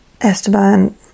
Esteban